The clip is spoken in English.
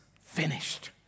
finished